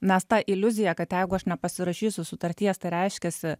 nes ta iliuzija kad jeigu aš nepasirašysiu sutarties tai reiškiasi